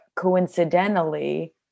coincidentally